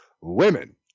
Women